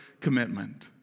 commitment